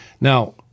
Now